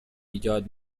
ایجاد